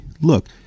look